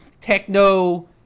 techno